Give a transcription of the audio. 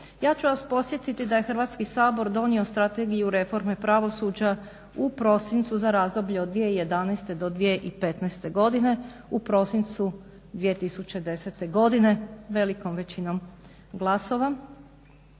Ja ću vas podsjetiti da je Hrvatski sabor donio Strategiju reforme pravosuđa u prosincu za razdoblje od 2011. do 2015. godine u prosincu 2010. godine, velikom većinom glasova.